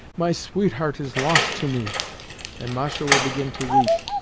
my sweetheart is lost to me and masha will begin to weep,